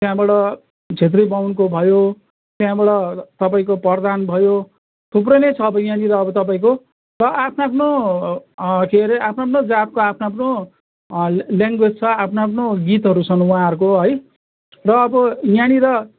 त्यहाँबाट छेत्री बाहुनको भयो त्यहाँबाट तपाईँको प्रधान भयो थुप्रै नै छ अब यहाँनिर अब तपाईँको आफ्नो आफ्नो के अरे आफ्नो आफ्नो जातको आफ्नो आफ्नो लेङ्गवेज छ आफ्नो आफ्नो गीतहरू छन् उहाँहरूको है र अब यहाँनिर